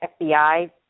FBI